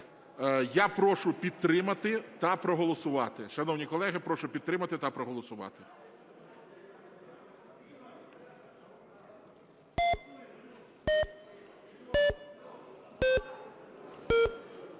Я прошу підтримати та проголосувати.